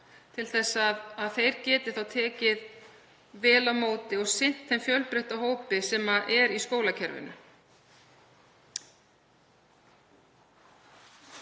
til þess að þeir geti tekið vel á móti og sinnt þeim fjölbreytta hópi sem er í skólakerfinu.